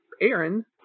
Aaron